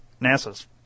NASA's